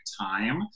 time